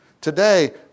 Today